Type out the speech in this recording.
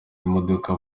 imodoka